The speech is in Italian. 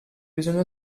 bisogna